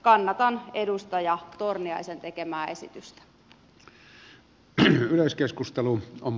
kannatan edustaja torniaisen tekemää esitystä